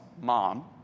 mom